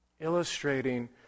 Illustrating